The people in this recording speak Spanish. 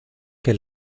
que